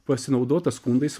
pasinaudota skundais